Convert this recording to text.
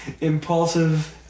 impulsive